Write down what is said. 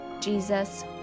jesus